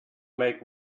make